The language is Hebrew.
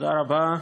תודה רבה,